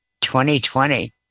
2020